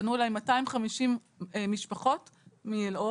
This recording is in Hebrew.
פנו אליי 250 משפחות מאלאור,